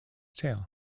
tail